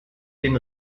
den